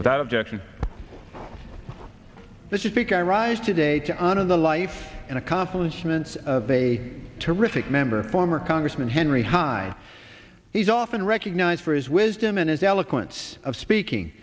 without objection that you speak i rise today to honor the life and accomplishments of a terrific member former congressman henry hyde he's often recognized for his wisdom and his eloquence of speaking